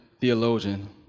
theologian